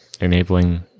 Enabling